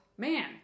Man